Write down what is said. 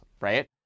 right